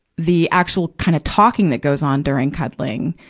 the actual, kind of talking that goes on during cuddling.